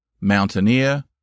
mountaineer